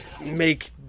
make